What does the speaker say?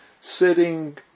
sitting